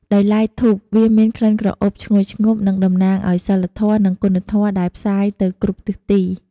ដោយឡែក ធូប វាមានក្លិនក្រអូបឈ្ងុយឈ្ងប់និងតំណាងឱ្យសីលធម៌ និងគុណធម៌ដែលផ្សាយទៅគ្រប់ទិសទី។